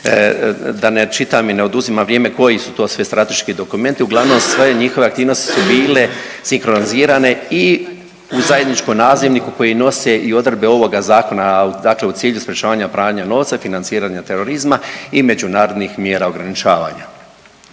Da ne čitam i ne oduzimam vrijeme koji su sve to strateški dokumenti, uglavnom sve njihove aktivnosti su bile sinkronizirane i u zajedničkom nazivniku koji nose i odredbe ovoga zakona, a dakle u cilju sprječavanja pranja novca, financiranja terorizma i međunarodnih mjera ograničavanja.